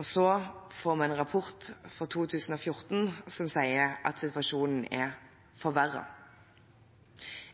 Og så får vi en rapport for 2014 som sier at situasjonen er forverret.